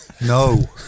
No